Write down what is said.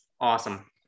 Awesome